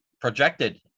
projected